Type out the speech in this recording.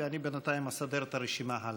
ואני בינתיים אסדר את הרשימה הלאה.